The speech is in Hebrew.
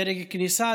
דרג כניסה,